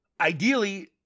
ideally